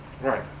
Right